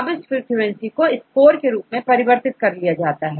अब इस फ्रीक्वेंसी को स्कोर के रूप में परिवर्तित कर लिया जाता है